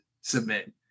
submit